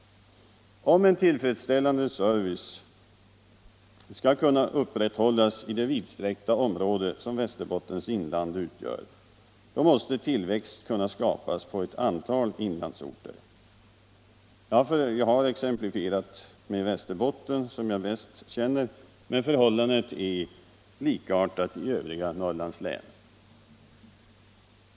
Om en tillfredsställande service skall kunna upprätthållas i det vidsträckta område som Västerbottens inland utgör måste tillväxt kunna skapas på ett antal inlandsorter. Jag har här exemplifierat med Västerbotten, som jag känner bäst till, men förhållandena är likartade i övriga Norrlandslän.